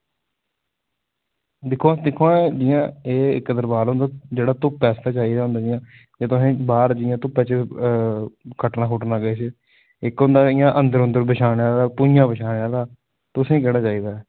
दिक्खो आं दिक्खो आं जियां इक्क तरपाल होंदा जेह्ड़ा धुप्प आस्तै चाहिदा होंदा जियां ओह् जियां तुसें बाहर धुप्पा च खट्टना किश इक्क होंदा अंदर इंया भुंञां बिछानै आह्ला तुसें ई केह्ड़ा चाहिदा ऐ